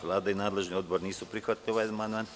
Vlada i nadležni odbor nisu prihvatili ovaj amandman.